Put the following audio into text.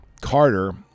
Carter